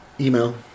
Email